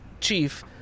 chief